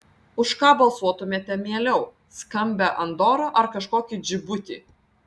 už ką balsuotumėte mieliau skambią andorą ar kažkokį džibutį